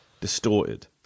distorted